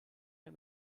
der